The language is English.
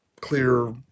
clear